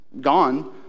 gone